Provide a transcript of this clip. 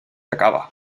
acaba